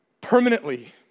permanently